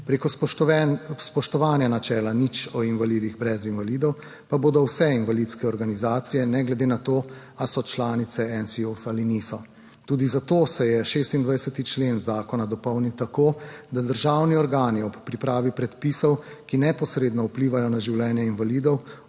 prek spoštovanja načela nič o invalidih brez invalidov pa bodo vse invalidske organizacije, ne glede na to, ali so članice NSIOS ali niso. Tudi zato se je 26. člen zakona dopolnil tako, da državni organi ob pripravi predpisov, ki neposredno vplivajo na življenje invalidov,